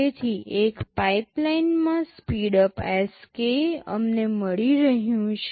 તેથી એક પાઇપલાઇનમાં સ્પીડઅપ Sk અમને મળી રહ્યું છે